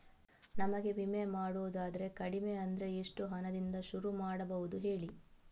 ನಮಗೆ ವಿಮೆ ಮಾಡೋದಾದ್ರೆ ಕಡಿಮೆ ಅಂದ್ರೆ ಎಷ್ಟು ಹಣದಿಂದ ಶುರು ಮಾಡಬಹುದು ಹೇಳಿ